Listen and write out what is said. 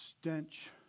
Stench